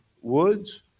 woods